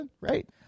right